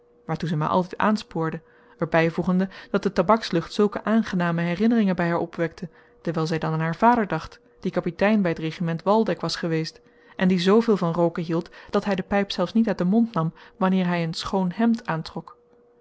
waartoe zij mij altijd aanspoorde er bijvoegende dat de tabakslucht zulke aangename herinneringen bij haar opwekte dewijl zij dan aan haar vader dacht die kapitein bij het regiment waldeck was geweest en die zooveel van rooken hield dat hij de pijp zelfs niet uit den mond nam wanneer hij een schoon hemd aantrok